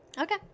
Okay